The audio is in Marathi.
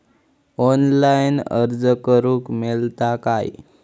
ऑनलाईन अर्ज करूक मेलता काय?